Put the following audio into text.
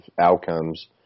outcomes